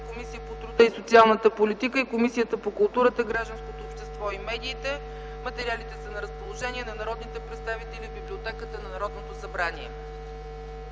Комисията по труда и социалната политика и Комисията по културата, гражданското общество и медиите. Материалите са на разположение на народните представители в Библиотеката на Народното събрание.